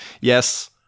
yes